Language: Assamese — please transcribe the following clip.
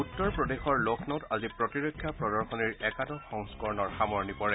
উত্তৰ প্ৰদেশৰ লক্ষ্ণীত আজি প্ৰতিৰক্ষা প্ৰদশনীৰ একাদশ সংস্কৰণৰ সামৰণি পৰে